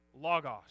logos